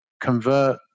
convert